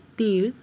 तीळ